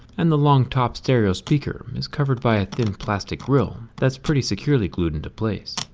and the long top stereo speaker is covered by thin plastic grill that's pretty securely glued into place.